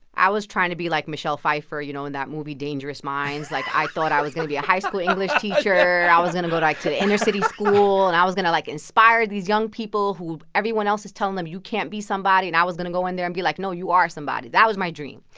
i was trying to be like michelle pfeiffer, you know, in that movie dangerous minds. like, i thought i was going to be a high school english teacher. i was going to go, like, to the inner city school. and i was going to, like, inspire these young people who everyone else is telling them you can't be somebody, and i was going to go in there and be like, no, you are somebody. that was my dream.